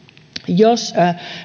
jos